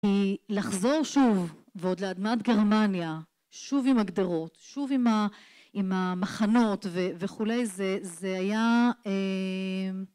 כי לחזור שוב ועוד לאדמת גרמניה שוב עם הגדרות שוב עם המחנות וכולי זה היה